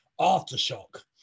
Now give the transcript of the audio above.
aftershock